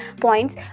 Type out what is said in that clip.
points